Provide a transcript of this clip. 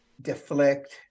deflect